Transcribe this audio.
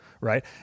right